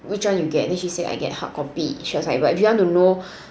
which one you get then she said I get hard copy she was like if you want to know